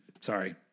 Sorry